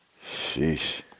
Sheesh